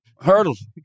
Hurdles